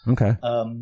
Okay